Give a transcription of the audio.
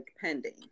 pending